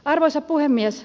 arvoisa puhemies